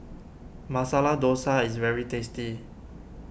Masala Dosa is very tasty